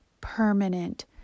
permanent